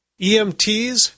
EMTs